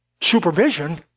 supervision